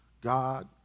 God